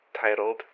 titled